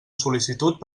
sol·licitud